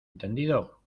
entendido